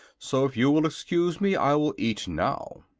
so if you will excuse me i will eat now.